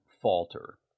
falter